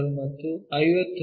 ಮತ್ತು 50 ಮಿ